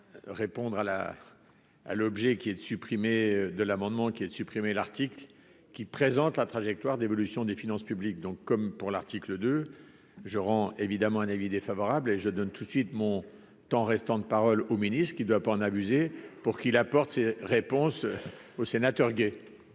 est de supprimer de l'amendement, qui est de supprimer l'article qui présente la trajectoire d'évolution des finances publiques, donc, comme pour l'article 2 je rends évidemment un avis défavorable et je donne tout de suite mon temps restant de parole au ministre qui doit pas en abuser pour qu'il apporte ses réponses aux sénateurs gay.